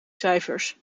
cijfers